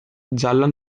gialla